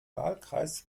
wahlkreis